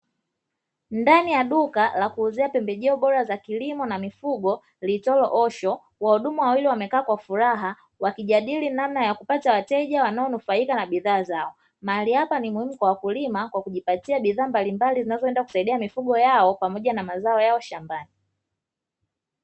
Ndani ya duka la kuuzia pembejeo bora za kilimo na mifugo lilitolewa ''osho'' wahudumu wawili wamekaa kwa furaha, wakijadili namna ya kupata wateja wanaonufaika na bidhaa zao mahali hapa ni muhimu kwa wakulima kwa kujipatia bidhaa mbalimbali zinazoenda kusaidia mifugo yao pamoja na mazao yao shambani.